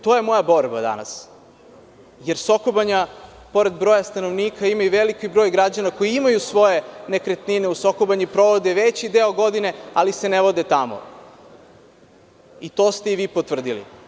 To je moja borba danas, jer Soko Banja pored broja stanovnika ima velika broj građana koji imaju svoje nekretnine u Soko Banji, provode veći deo godine, ali se ne vode tamo, i to ste i vi potvrdili.